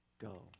go